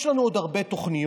יש לנו עוד הרבה תוכניות.